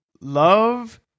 Love